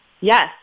Yes